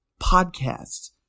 podcasts